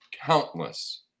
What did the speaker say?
countless